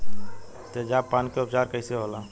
तेजाब पान के उपचार कईसे होला?